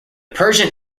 persian